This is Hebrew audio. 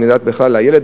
בכלל לידת הילד,